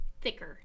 thicker